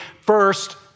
first